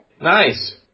Nice